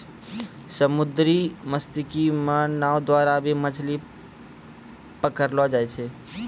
समुन्द्री मत्स्यिकी मे नाँव द्वारा भी मछली पकड़लो जाय छै